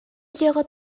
дьиэҕэ